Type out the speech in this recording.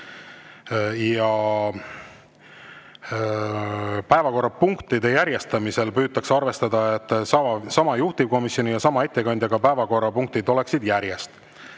Päevakorrapunktide järjestamisel püütakse arvestada, et sama juhtivkomisjoni ja sama ettekandjaga päevakorrapunktid oleksid järjest.